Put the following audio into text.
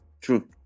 True